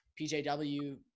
PJW